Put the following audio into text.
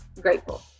grateful